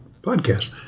podcast